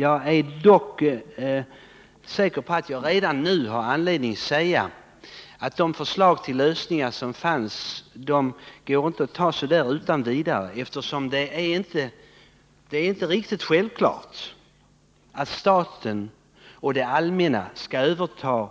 Jag är dock säker på att jag redan nu har anledning att säga att det inte utan vidare går att anta de förslag till lösningar som fanns, eftersom det inte är alldeles självklart att staten och det allmänna skall överta